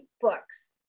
books